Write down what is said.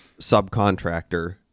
subcontractor